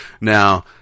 Now